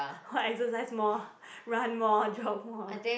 or exercise more run more jog more